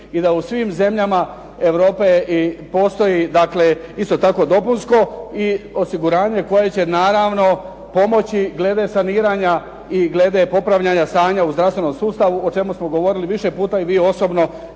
I da u svim zemljama Europe postoji isto tako dopunsko osiguranje koje će naravno pomoći glede saniranja i glede popravljanja stanja u zdravstvenom sustavu o čemu smo govorili više puta i vi osobno